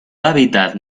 hábitat